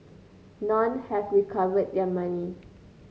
none have recovered their money